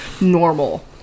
normal